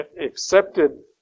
accepted